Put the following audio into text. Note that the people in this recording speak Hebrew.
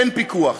אין פיקוח?